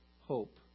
hope